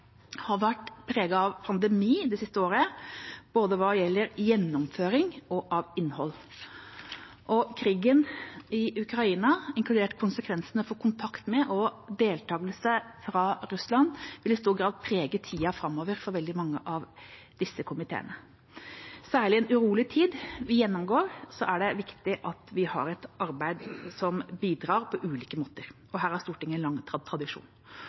har vært preget av pandemi det siste året, både hva gjelder gjennomføring og innhold. Krigen i Ukraina, inkludert konsekvensene for kontakt med og deltakelse fra Russland, vil i stor grad prege tida framover for veldig mange av disse komiteene. I den urolig tida vi gjennomgår, er det særlig viktig at vi har et arbeid som bidrar på ulike måter, og her har Stortinget en lang tradisjon.